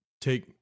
take